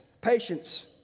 patience